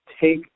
take